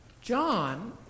John